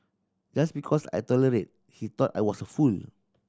just because I tolerate he thought I was a fool